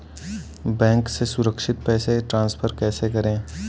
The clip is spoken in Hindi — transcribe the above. बैंक से सुरक्षित पैसे ट्रांसफर कैसे करें?